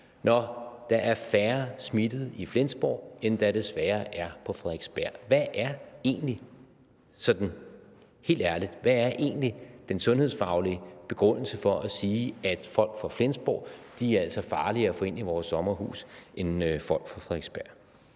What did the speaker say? når der er færre smittede i Flensborg, end der desværre er på Frederiksberg. Hvad er helt ærligt den sundhedsfaglige begrundelse for at sige, at folk fra Flensborg er farligere at få ind i vores sommerhuse end folk fra Frederiksberg?